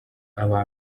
aba